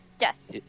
Yes